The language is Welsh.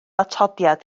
atodiad